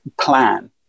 plan